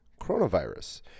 coronavirus